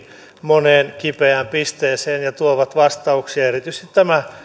moneen kipeään pisteeseen ja tuovat vastauksia erityisesti tämä